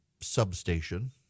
substation